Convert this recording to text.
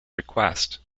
request